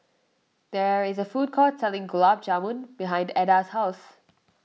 there is a food court selling Gulab Jamun behind Adda's house